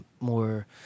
more